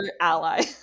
ally